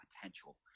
potential